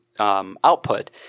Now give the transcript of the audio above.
Output